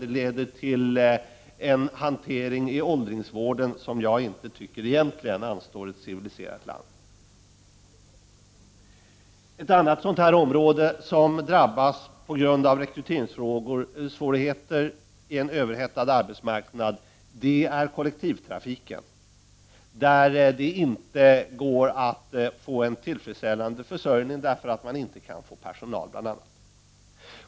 Det leder till en hantering i åldringsvården som jag egentligen inte tycker anstår ett civiliserat land. Ett annat område som drabbas på grund av rekryteringssvårigheter i en överhettad arbetsmarknad är kollektivtrafiken. Det går inte att få en tillfredsställande försörjning eftersom man bl.a. inte får tag på personal.